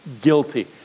guilty